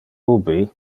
ubi